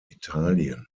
italien